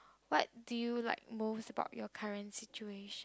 what do you like most about your current situation